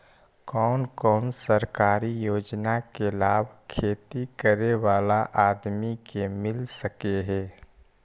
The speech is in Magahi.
कोन कोन सरकारी योजना के लाभ खेती करे बाला आदमी के मिल सके हे?